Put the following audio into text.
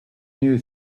new